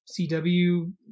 cw